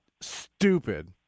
stupid